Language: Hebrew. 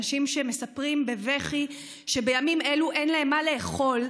אנשים שמספרים בבכי שבימים אלו אין להם מה לאכול,